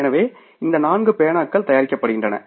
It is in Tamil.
எனவே இந்த நான்கு பேனாக்கள் தயாரிக்கப்படுகின்றன